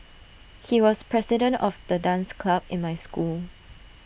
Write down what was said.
he was president of the dance club in my school